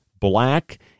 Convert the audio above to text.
black